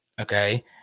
okay